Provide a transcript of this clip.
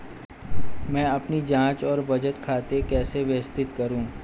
मैं अपनी जांच और बचत खाते कैसे व्यवस्थित करूँ?